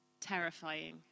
terrifying